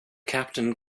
captain